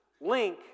link